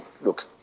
Look